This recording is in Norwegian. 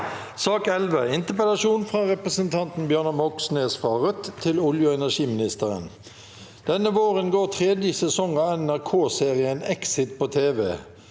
Interpellasjon fra representanten Bjørnar Moxnes til olje- og energiministeren: «Denne våren går tredje sesong av NRK-serien Exit på TV.